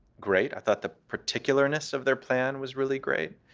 great. i thought the particularness of their plan was really great.